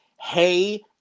Hey